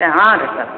ಹಾಂ ರೀ ಸರ್